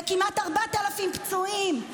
ויש כמעט 4,000 פצועים.